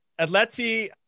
Atleti